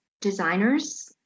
designers